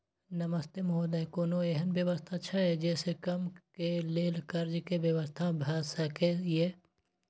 नमस्ते महोदय, कोनो एहन व्यवस्था छै जे से कम के लेल कर्ज के व्यवस्था भ सके ये?